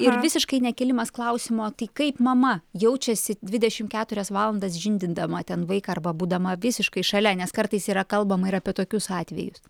ir visiškai nekėlimas klausimo tai kaip mama jaučiasi dvidešimt keturias valandas žindydama ten vaiką arba būdama visiškai šalia nes kartais yra kalbama ir apie tokius atvejus